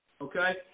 Okay